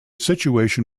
situation